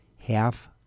half